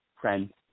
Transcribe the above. friends